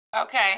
Okay